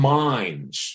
minds